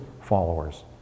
followers